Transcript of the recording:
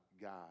God